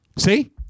See